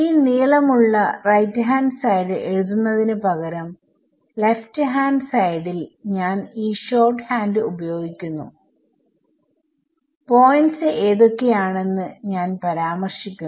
ഈ നീളമുള്ള RHS എഴുതുന്നതിന് പകരം LHS ൽ ഞാൻ ഈ ഷോർട് ഹാൻഡ് ഉപയോഗിക്കുന്നു പോയ്ന്റ്സ് ഏതൊക്കെയാണെന്ന് ഞാൻ പരാമർശിക്കുന്നു